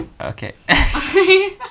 okay